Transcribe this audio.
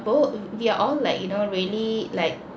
both we are all like you know really like